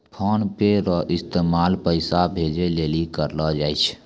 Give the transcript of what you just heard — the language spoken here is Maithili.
फोनपे रो इस्तेमाल पैसा भेजे लेली करलो जाय छै